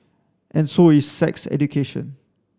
and so is sex education